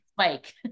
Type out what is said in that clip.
Mike